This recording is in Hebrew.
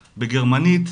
בגרמנית,